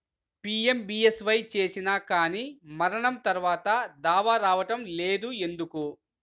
PMBSY చేసినా కానీ మరణం తర్వాత దావా రావటం లేదు ఎందుకు?